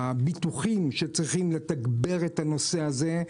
הביטוחים שצריכים לתגבר את הנושא הזה,